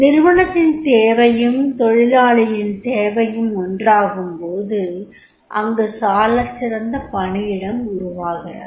நிறுவனத்தின் தேவையும் தொழிலாளியின் தேவையும் ஒன்றாகும்போது அங்கு சாலச்சிறந்த பணியிடம் உருவாகிறது